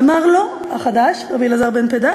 אמר לו החדש, רבי אלעזר בן פדת,